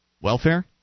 Welfare